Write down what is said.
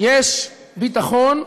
יש ביטחון,